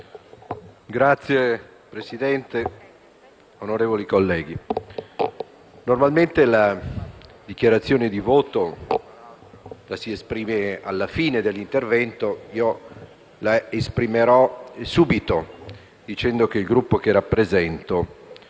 Signor Presidente, onorevoli colleghi, normalmente la dichiarazione di voto si esprime alla fine dell'intervento, mentre io la esprimerò subito, dicendo che il Gruppo che rappresento